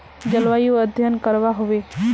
जलवायु अध्यन करवा होबे बे?